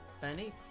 Benny